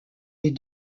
les